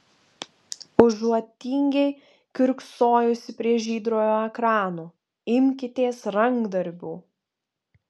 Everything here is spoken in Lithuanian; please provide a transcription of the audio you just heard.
užuot tingiai kiurksojusi prie žydrojo ekrano imkitės rankdarbių